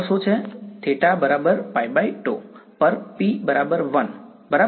θ π2 પર P 1 બરાબર